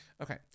okay